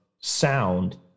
sound